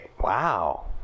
wow